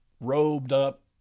robed-up